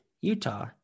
utah